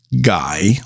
guy